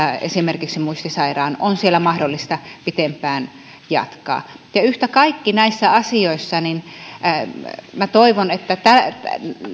esimerkiksi muistisairaan on siellä mahdollista pitempään jatkaa yhtä kaikki näissä asioissa minä toivon että